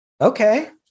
Okay